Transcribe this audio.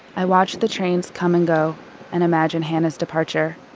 i watch the trains come and go and imagine hana's departure.